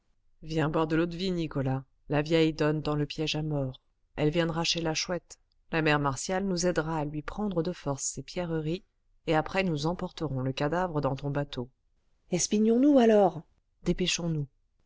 viens boire de l'eau-de-vie nicolas la vieille donne dans le piège à mort elle viendra chez la chouette la mère martial nous aidera à lui prendre de force ses pierreries et après nous emporterons le cadavre dans ton bateau esp nous alors dépêchons-nous